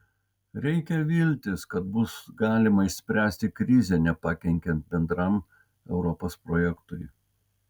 reikia viltis kad bus galima išspręsti krizę nepakenkiant bendram europos projektui